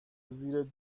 زیر